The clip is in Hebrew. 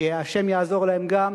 שהשם יעזור להם גם,